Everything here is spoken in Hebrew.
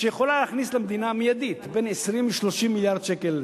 שיכולה להכניס למדינה מייד בין 20 ל-30 מיליארד שקל.